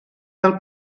del